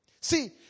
See